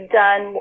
done